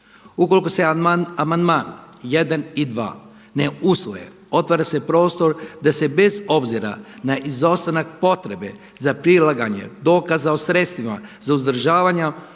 Ukoliko se amandman 1. i 2. ne usvoje otvara se prostor da se bez obzira na izostanak potrebe za prilaganje dokaza o sredstvima za uzdržavanje